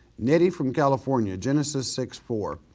nettie from california, genesis six four,